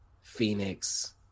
Phoenix